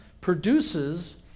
produces